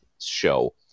show